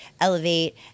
elevate